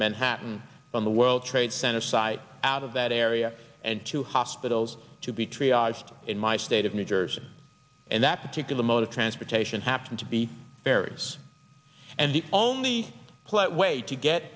manhattan on the world trade center site out of that area and two hospitals to be triaged in my state of new jersey and that particular mode of transportation happened to be various and the only way to get